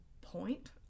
point